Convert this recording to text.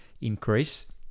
increase